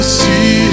see